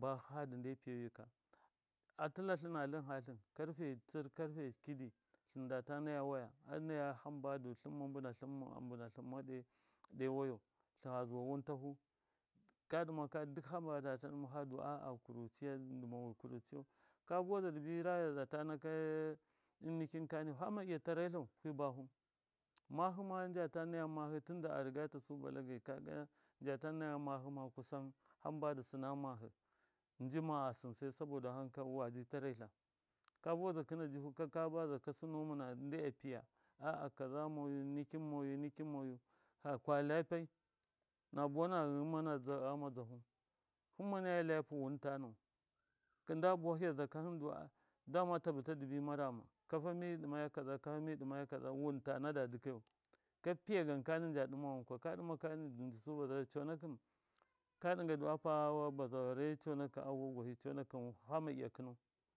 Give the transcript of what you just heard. fa nde fiyo yika atɨlatlɨn karfe tsɨr karfe kidi tlɨndata naya waya fa zuwa wɨntahu. kaɗimaka hamba data ɗɨmaka fadu a. a kuruciya dɨmawi kuruciyau ka buwaza dɨbi rayaza ta naka ɨnnikin kani fama iya taretlau fi bahu mahɨ njata naya tɨnda arɨga tasu balagai kaga njata naya mahɨma kusan hamba dɨsɨna mahɨ njima a sɨn sai soboda wanka waji tsaretla kabuwaza kɨna jɨfɨka ka baza sɨno mɨna ndɨ a piya a. a kaza moyu nikin moyu nikin moyu fa kwa lyapai na buwana ghɨmna ghama dzahu hɨmma naya lyapɨ wɨntanau nɗa buwa hiyaza ka hɨndu a dama ta bɨta dɨbi marama kafa mi ɗɨyamaya kaza kafa mi ɗɨma kaza wɨntana da dɨkayau ta piya gan kani nja ɗɨma wankwa? Ka ɗɨma kani wɨn dɨsu bazawarai conakɨ ka ɗɨnga du a pa bazawarai a vuwa gwanɨ conakɨ fama iya kɨnau.